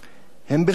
הן בחינם.